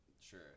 Sure